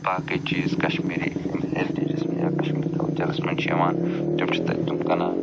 باقٕے چیٖز کَشمیٖری یِم ہٮ۪رٹیجَس منٛز یا کَشمیٖری کَلچَرَس منٛز چھِ یِوان تِم چھِ تَتہِ تٕم کٕنان